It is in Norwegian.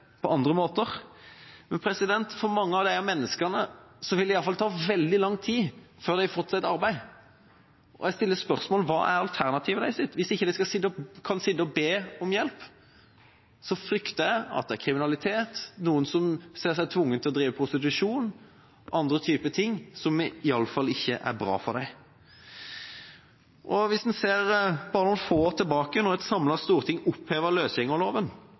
på andre måter. Men for mange av disse menneskene vil det ta veldig lang tid før de har fått seg et arbeid. Jeg stiller spørsmålet: Hva er alternativet deres? Hvis de ikke kan sitte og be om hjelp, frykter jeg kriminalitet, at noen ser seg tvunget til å drive med prostitusjon og andre ting, som iallfall ikke er bra for dem. Hvis en går bare noen få år tilbake, ser en at da et samlet storting